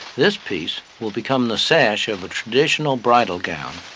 this piece will become the sash of a traditional bridal gown.